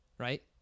Right